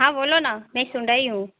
हाँ बोलो ना मैं सुन रही हूँ